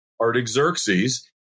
Artaxerxes